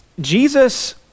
Jesus